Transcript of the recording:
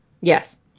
Yes